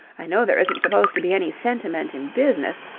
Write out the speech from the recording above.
i know there isn't supposed to be any sentiment in business,